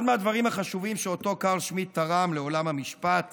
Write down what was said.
אחד מהדברים החשובים שאותו קרל שמיט תרם לעולם המשפט